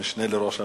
המשנה לראש הממשלה.